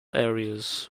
areas